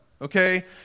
okay